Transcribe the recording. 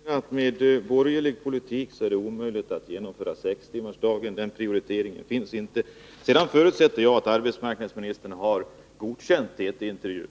Herr talman! Jag konstaterar att med borgerlig politik är det omöjligt att genomföra sextimmarsdagen. Den prioriteringen finns inte där. Jag förutsätter att arbetsmarknadsministern har godkänt utskriften av TT-intervjun.